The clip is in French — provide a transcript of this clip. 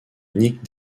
nick